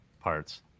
parts